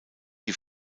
die